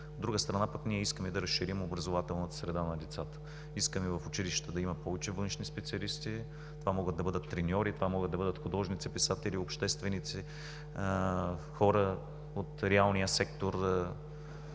друга страна, ние искаме да разширим образователната среда на децата. Искаме в училищата да има повече външни специалисти – това могат да бъдат треньори, художници, писатели, общественици, хора от реалния сектор,